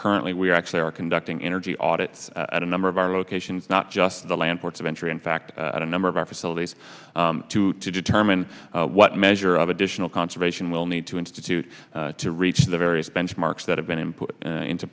currently we actually are conducting energy audit at a number of our locations not just the land ports of entry in fact at a number of our facilities to determine what measure of additional conservation we'll need to institute to reach the various benchmarks that have been in put into